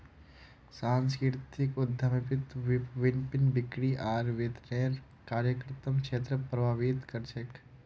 सांस्कृतिक उद्यमिता विपणन, बिक्री आर वितरनेर कार्यात्मक क्षेत्रको प्रभावित कर छेक